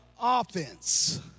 offense